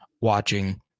watching